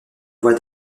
voix